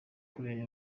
koreya